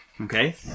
Okay